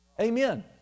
Amen